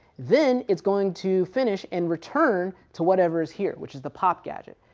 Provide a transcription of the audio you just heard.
then it's going to finish and return to whatever's here, which is the pop gadget.